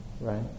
Right